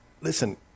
Listen